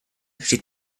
steht